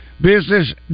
business